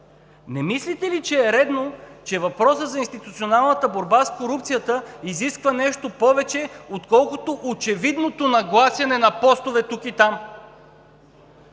Не мислите ли, че е редно, че въпросът за институционалната борба с корупцията изисква нещо повече, отколкото очевидното нагласяне на постове тук и там?